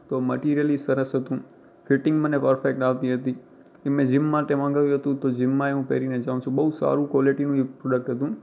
તો મટિરિયલ એ સરસ હતું ફિટિંગ મને પરફૅક્ટ આવતી હતી એ મેં જીમ માટે મગાવ્યું હતું તો જીમમાંય હું પહેરીને જાઉં છું બહુ સારુ કવૉલિટીનું એ પ્રોડ્કટ હતું